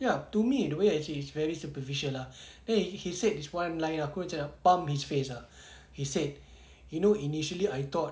ya to me the way actually is very superficial lah eh he said this one line ah aku macam palm his face ah he said you know initially I thought